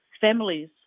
families